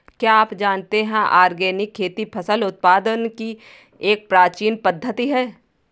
क्या आप जानते है ऑर्गेनिक खेती फसल उत्पादन की एक प्राचीन पद्धति है?